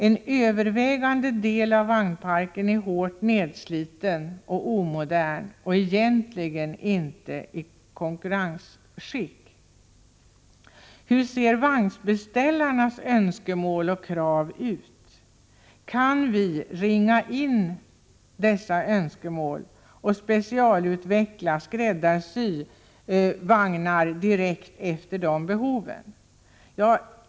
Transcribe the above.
En övervägande del av vagnparken är hårt nedsliten och omodern och egentligen inte i konkurrensskick. Hur ser vagnbeställarnas önskemål och krav ut? Kan vi ringa in dessa önskemål och specialutveckla — skräddarsy — vagnar direkt för de behoven?